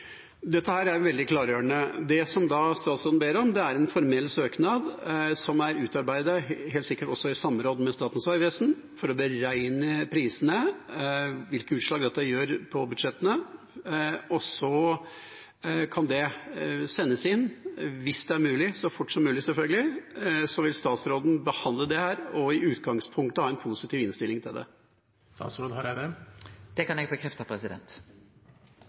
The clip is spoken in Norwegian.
er veldig klargjørende. Det som da statsråden ber om, er en formell søknad som er utarbeidet, helt sikkert også i samråd med Statens vegvesen, for å beregne prisene, hvilke utslag dette gjør på budsjettene. Så kan det sendes inn, og hvis det er mulig – så fort som mulig, selvfølgelig – vil statsråden behandle det og i utgangspunktet ha en positiv innstilling til det. Det kan eg bekrefte.